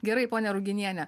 gerai ponia ruginiene